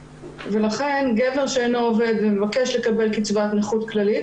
ולכן גבר שאינו עובד ומבקש לקבל קצבת נכות כללית,